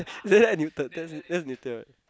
isn't that Newton that's that's Newton right